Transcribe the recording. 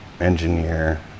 engineer